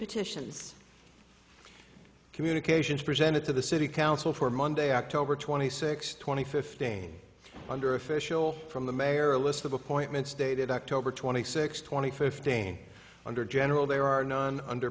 petitions communications presented to the city council for monday october twenty sixth twenty fifth game under official from the mayor list of appointments dated october twenty sixth twenty fifteen under general there are none under